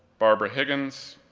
barbara higgins,